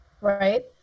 right